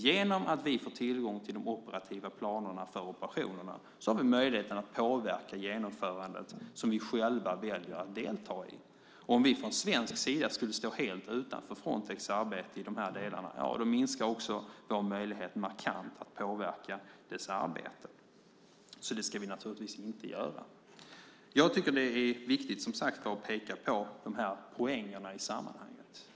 Genom att vi får tillgång till de operativa planerna för operationerna har vi möjlighet att påverka genomförandet, som vi själva väljer att delta i. Om vi från svensk sida skulle stå helt utanför Frontex arbete i dessa delar skulle också möjligheterna att påverka dess arbete minska markant. Så ska vi naturligtvis inte göra. Det är som sagt viktigt att peka på de här poängerna i sammanhanget.